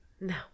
No